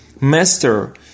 Master